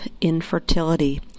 infertility